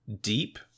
deep